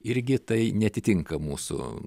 irgi tai neatitinka mūsų